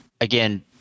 again